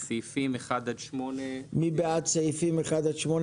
אז סעיפים 1 עד 8. מי בעד סעיפים 1 עד 8,